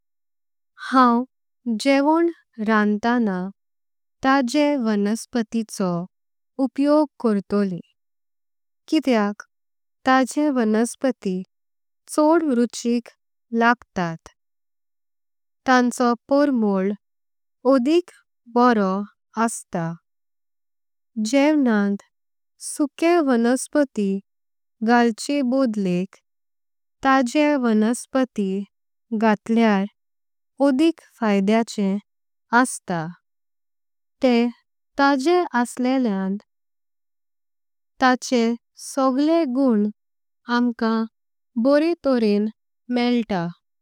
हांव जेवण रांता ताणे थांयचे वनस्पतीचो उपयोग कर्तळी। कितेक ताणे थांयचे वनस्पती छोड़ रुचीक लागतात। तांचो पोरमोल अधिक बरो अस्तां जेवणांत सुखे वनस्पती। घालचे बोडल्या थांयचे वनस्पती घातल्यार अधिक फायचाचो। अस्तां ते थांयचे असलईं तांचे सगले गुण आमकां बरोतरें मेळतां।